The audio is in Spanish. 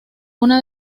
una